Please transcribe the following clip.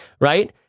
right